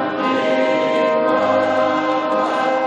ביום שני,